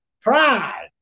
Pride